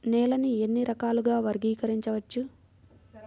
నేలని ఎన్ని రకాలుగా వర్గీకరించవచ్చు?